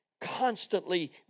constantly